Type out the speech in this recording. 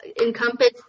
encompass